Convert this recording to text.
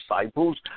disciples